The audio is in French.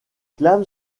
clame